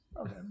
Okay